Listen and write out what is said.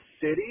city